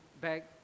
back